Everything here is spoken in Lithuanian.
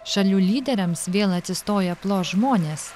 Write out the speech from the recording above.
šalių lyderiams vėl atsistoję plos žmonės